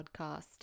podcast